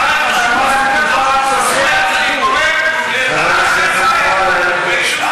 במשך עשרות שנים למדנו להבין: כשמדובר על הפקעת